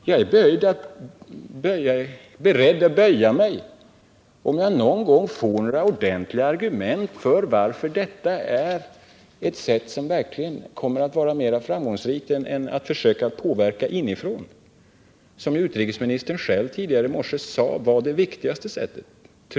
Jag är beredd att böja mig, om jag någon gång får ordentliga argument, som visar att detta är en metod som skulle kunna vara mera framgångsrik än metoden att försöka påverka inifrån, som utrikesministern själv tidigare i morse sade är det viktigaste sättet.